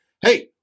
Hey